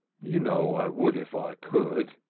you know i would if i could.